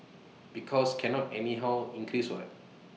because cannot anyhow increase what